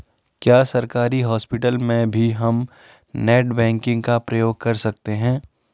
क्या सरकारी हॉस्पिटल में भी हम नेट बैंकिंग का प्रयोग कर सकते हैं?